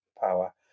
power